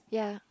yeah